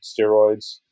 steroids